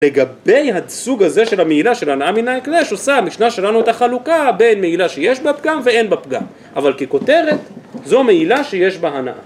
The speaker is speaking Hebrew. לגבי הסוג הזה של המעילה של הנאה מן ההקדש עושה המשנה שלנו את החלוקה בין מעילה שיש בה פגם ואין בה פגם אבל ככותרת זו מעילה שיש בה הנאה